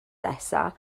nesaf